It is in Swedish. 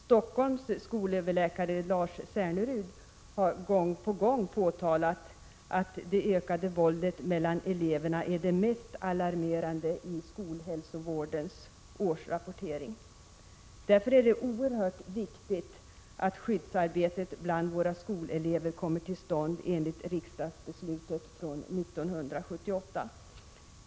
Stockholms skolöverläkare, Lars Cernerud, har gång på gång påtalat att det ökade våldet mellan eleverna är det mest alarmerande i skolhälsovårdens årsrapportering. Därför är det oerhört viktigt att skyddsarbetet bland våra skolelever kommer till stånd enligt riksdagsbeslutet från 1978.